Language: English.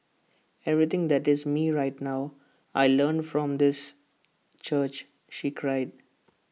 everything that is me right now I learnt from this church she cried